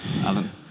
Alan